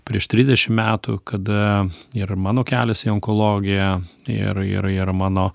prieš trisdešim metų kada ir mano kelias į onkologiją ir ir ir mano